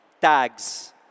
tags